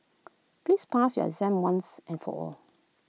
please pass your exam once and for all